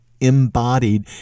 embodied